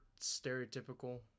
stereotypical